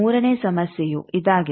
ಮೂರನೇ ಸಮಸ್ಯೆಯು ಇದಾಗಿದೆ